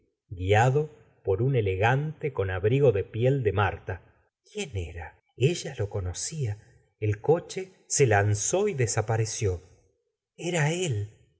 guiado por un elegante con abrigo d e piel de marta quién era ella lo conocia el coche se lanzó y desapareció era él